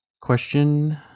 question